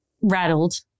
rattled